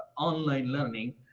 on-line learning,